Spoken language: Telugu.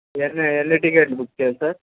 ఎన్ని ఎన్ని టికెట్లు బుక్ చేయాలి సార్